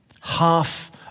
Half